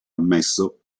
ammesso